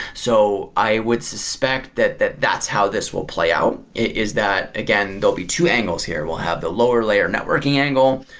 so, i would suspect that that that's how this will play out, is that, again, there'll be two angles here. we'll have the lower-layer networking angle,